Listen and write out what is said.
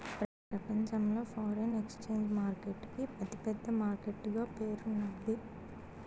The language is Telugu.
ప్రపంచంలో ఫారిన్ ఎక్సేంజ్ మార్కెట్ కి అతి పెద్ద మార్కెట్ గా పేరున్నాది